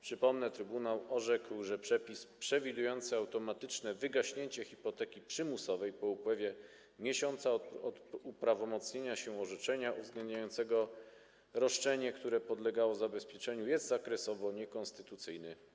Przypomnę, że trybunał orzekł, iż przepis przewidujący automatyczne wygaśnięcie hipoteki przymusowej po upływie miesiąca od uprawomocnienia się orzeczenia uwzględniającego roszczenie, które podlegało zabezpieczeniu, jest zakresowo niekonstytucyjny.